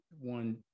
one